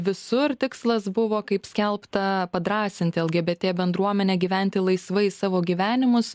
visur tikslas buvo kaip skelbta padrąsinti lgbt bendruomenę gyventi laisvai savo gyvenimus